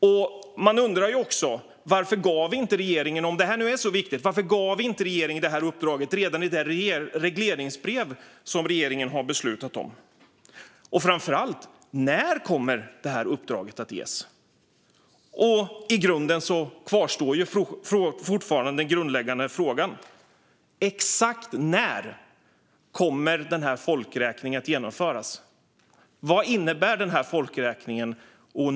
Och om det här är så viktigt, varför gav inte regeringen uppdraget redan i det regleringsbrev som regeringen har beslutat om? Framför allt, när kommer uppdraget att ges? De grundläggande frågorna kvarstår alltså: Exakt när kommer folkräkningen att genomföras? Vad innebär den?